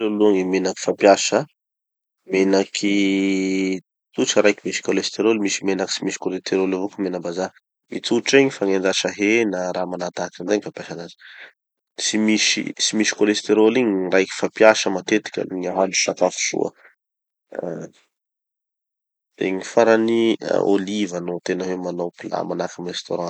Gny menaky fampiasa. Menaky, tsotra raiky misy cholésterole, misy menaky tsy misy cholésterole avao koa menam-bazaha. Gny tsotra igny fagnendasa hena, raha manahatahaky anizay fampiasa anazy. Tsy misy, tsy misy cholésterole igny gny raiky fampiasa matetiky amin'ny ahandro sakafo soa. Ah, de gny farany oliva no tena hoe manao plat manahaky amy restaurant.